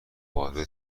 وارد